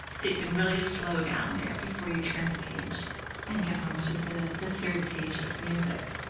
soo you can really slow down there before you turn the page and get on to the the third page of music.